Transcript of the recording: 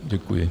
Děkuji.